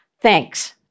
Thanks